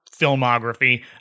filmography